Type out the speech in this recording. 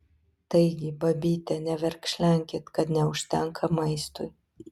taigi babyte neverkšlenkit kad neužtenka maistui